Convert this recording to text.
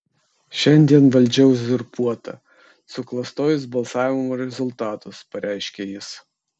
šiandien valdžia uzurpuota suklastojus balsavimo rezultatus pareiškė jis